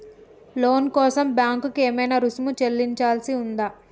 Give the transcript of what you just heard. లోను కోసం బ్యాంక్ కి ఏమైనా రుసుము చెల్లించాల్సి ఉందా?